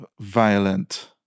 violent